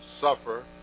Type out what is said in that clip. suffer